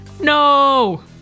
No